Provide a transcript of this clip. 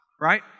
right